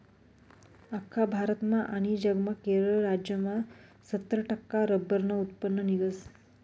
आख्खा भारतमा आनी जगमा केरळ राज्यमा सत्तर टक्का रब्बरनं उत्पन्न निंघस